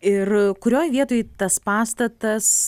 ir kurioj vietoj tas pastatas